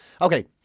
Okay